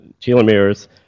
telomeres